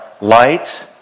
light